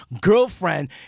girlfriend